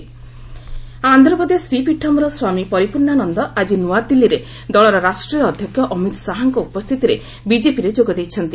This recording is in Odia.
ବିକେପି ସ୍ୱାମୀ ପରିପୂର୍ଣ୍ଣାନନ୍ଦ ଆନ୍ଧ୍ରପ୍ରଦେଶ ଶ୍ରୀପୀଠମ୍ର ସ୍ୱାମୀ ପରିପୂର୍ଣ୍ଣାନନ୍ଦ ଆଜି ନୃଆଦିଲ୍ଲୀରେ ଦଳର ରାଷ୍ଟ୍ରୀୟ ଅଧ୍ୟକ୍ଷ ଅମୀତ୍ ଶାହାଙ୍କ ଉପସ୍ଥିତିରେ ବିଜେପିରେ ଯୋଗ ଦେଇଛନ୍ତି